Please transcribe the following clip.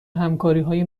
همکاریهای